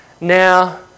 Now